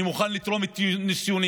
אני מוכן לתרום את ניסיוני,